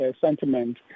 sentiment